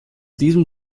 diesem